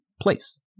place